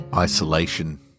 Isolation